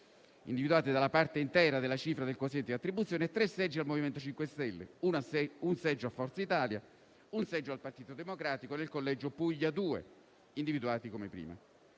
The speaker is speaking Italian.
(individuati dalla parte intera della cifre del quoziente di attribuzione) e tre seggi al MoVimento 5 Stelle, un seggio a Forza Italia e un seggio Partito Democratico nel collegio Puglia 02, (individuati come sopra).